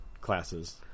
classes